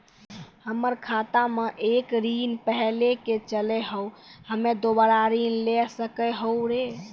हमर खाता मे एक ऋण पहले के चले हाव हम्मे दोबारा ऋण ले सके हाव हे?